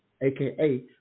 aka